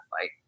fight